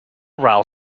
rhyl